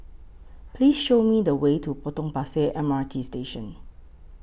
Please Show Me The Way to Potong Pasir M R T Station